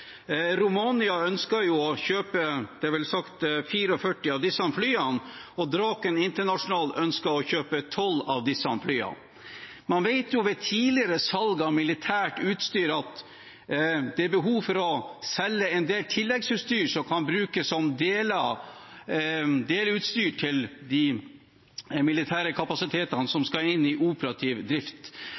Romania ønsker å kjøpe 44 av disse flyene, er det vel sagt, og Draken International ønsker å kjøpe 12. Man vet ut fra tidligere salg av militært utstyr at det er behov for å selge en del tilleggsutstyr som kan brukes som deleutstyr til de militære kapasitetene som skal inn i operativ drift.